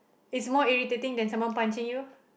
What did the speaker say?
is more irritating than someone punching you